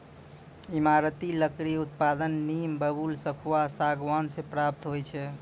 ईमारती लकड़ी उत्पादन नीम, बबूल, सखुआ, सागमान से प्राप्त होय छै